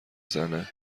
زنه